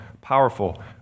powerful